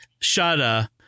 Shada